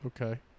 Okay